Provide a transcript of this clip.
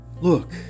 Look